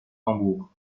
tambour